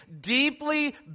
deeply